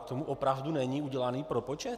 K tomu opravdu není udělaný propočet?